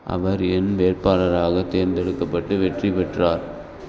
அவர் என் வேட்பாளராகத் தேர்ந்தெடுக்கப்பட்டு வெற்றிப் பெற்றார்